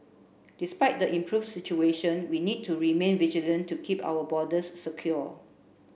despite the improved situation we need to remain vigilant to keep our borders secure